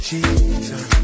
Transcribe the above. Jesus